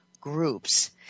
groups